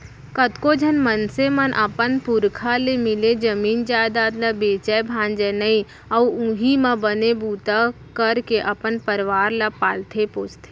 कतको झन मनसे मन अपन पुरखा ले मिले जमीन जयजाद ल बेचय भांजय नइ अउ उहीं म बने बूता करके अपन परवार ल पालथे पोसथे